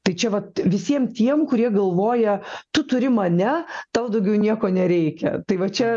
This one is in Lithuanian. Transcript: tai čia vat visiem tiem kurie galvoja tu turi mane tau daugiau nieko nereikia tai va čia